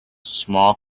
small